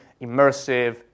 immersive